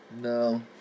No